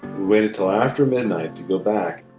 waited till after midnight to go back